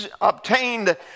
obtained